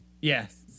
yes